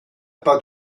pas